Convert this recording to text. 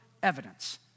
evidence